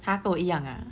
!huh! 跟我一样 ah